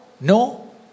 no